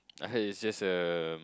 I heard it's just a